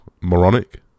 Moronic